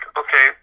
okay